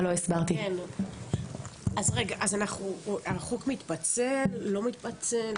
אז החוק מתפצל, לא מתפצל?